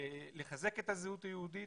לחזק את הזהות היהודית